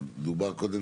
דובר קודם